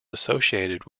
associated